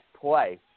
play